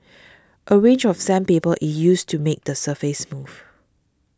a range of sandpaper is used to make the surface smooth